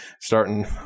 starting